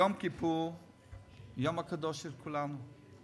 יום כיפור, היום הקדוש לכולם,